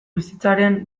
bizitzaren